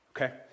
okay